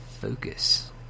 focus